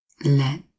let